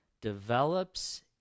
develops